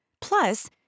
Plus